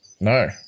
No